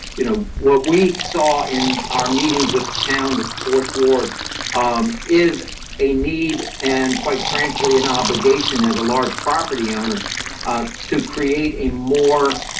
you know what we saw in our meetings with town with fourth ward um is a need. and quite frankly, an obligation as a large property owner um to create a more